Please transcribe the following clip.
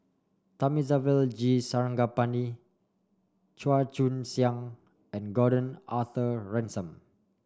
Thamizhavel G Sarangapani Chua Joon Siang and Gordon Arthur Ransome